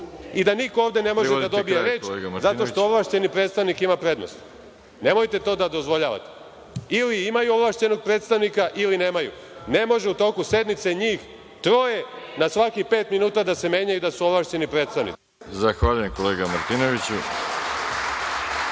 i da niko ovde ne može da dobije reč zato što ovlašćeni predstavnik ima prednost. Nemojte to da dozvoljavate. Ili imaju ovlašćenog predstavnika ili nemaju. Ne može u toku sednice njih troje na svakih pet minuta da se menjaju kao ovlašćeni predstavnici. **Đorđe Milićević**